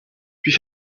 puis